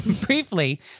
Briefly